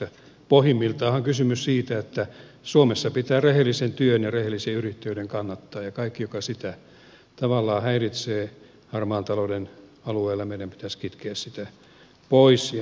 pohjimmiltaanhan on kysymys siitä että suomessa pitää rehellisen työn ja rehellisen yrittäjyyden kannattaa ja kaikkea sitä joka sitä tavallaan häiritsee harmaan talouden alueella meidän pitäisi kitkeä pois